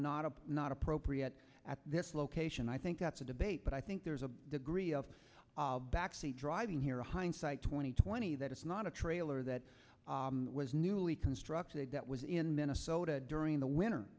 not a not appropriate at this location i think that's a debate but i think there's a degree of backseat driving here hindsight twenty twenty that it's not a trailer that was newly constructed that was in minnesota during the winter